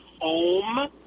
home